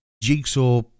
jigsaw